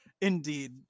Indeed